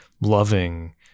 loving